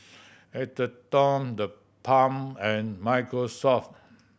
Atherton TheBalm and Microsoft